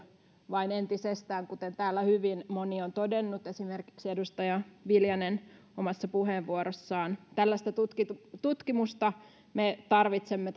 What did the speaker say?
vain entisestään kuten täällä hyvin moni on todennut esimerkiksi edustaja viljanen omassa puheenvuorossaan tällaista tutkimusta tutkimusta me tarvitsemme